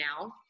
now